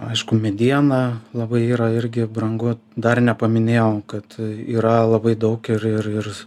aišku mediena labai yra irgi brangu dar nepaminėjau kad yra labai daug ir ir ir